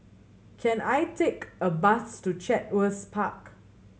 can I take a bus to Chatsworth Park